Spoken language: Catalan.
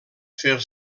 fer